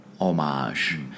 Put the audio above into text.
homage